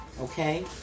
Okay